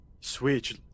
switch